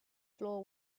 floor